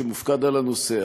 שמופקד על הנושא,